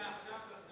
היתה עכשיו,